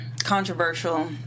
controversial